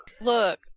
look